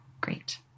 great